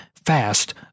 Fast